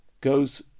goes